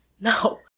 No